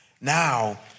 Now